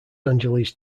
angeles